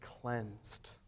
cleansed